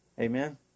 Amen